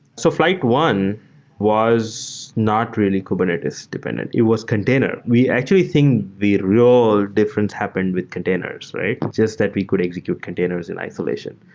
so flyte one was not really kubernetes dependent. it was container. we actually think the real difference happened with containers just that we could execute containers in isolation.